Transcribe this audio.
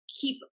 keep